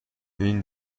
این